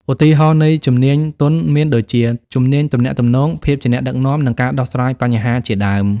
ឧទាហរណ៍នៃជំនាញទន់មានដូចជា ជំនាញទំនាក់ទំនង ភាពជាអ្នកដឹកនាំ និងការដោះស្រាយបញ្ហាជាដើម។